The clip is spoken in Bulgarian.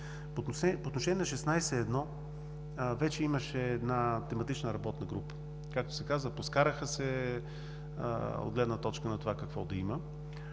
По отношение на 16.1 вече имаше една тематична работна група. Както се казва: поскараха се, от гледна точка на това какво да има.